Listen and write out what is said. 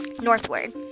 northward